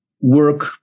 work